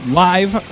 live